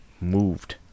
moved